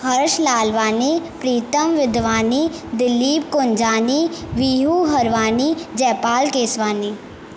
Harsh Lalwani Pritam Vidhwani Dilip Kunjani Vihu Harwani Jaipal Keswani